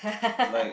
like